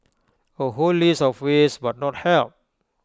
A whole list of ways but not help